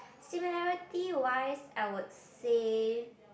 similarity wise I would say